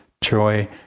joy